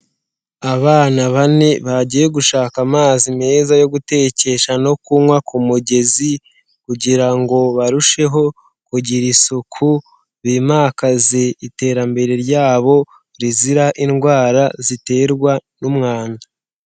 Abana bane bagiye gushaka amazi meza yo gutekesha no kunywa ku mugezi, kugira ngo barusheho kugira isuku, bimakaze iterambere ryabo rizira indwara ziterwa n'umwanda.